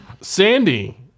sandy